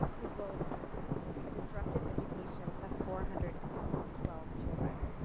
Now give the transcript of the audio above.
equals a disrupted education of four hundred and twelve children.